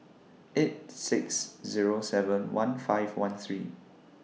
eight six Zero seven one five one three